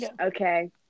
Okay